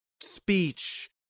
speech